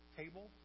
table